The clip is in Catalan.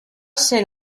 ser